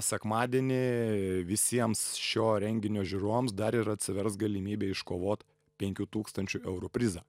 sekmadienį visiems šio renginio žiūrovams dar ir atsivers galimybė iškovot penkių tūkstančių eurų prizą